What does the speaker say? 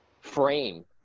frame